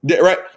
right